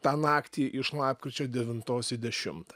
tą naktį iš lapkričio devintos į dešimtą